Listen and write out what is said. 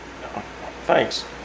Thanks